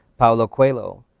paulo coelho,